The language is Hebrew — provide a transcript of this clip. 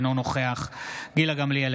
אינו נוכח גילה גמליאל,